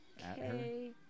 Okay